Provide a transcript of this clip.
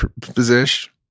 position